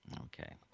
Okay